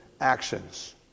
actions